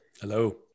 Hello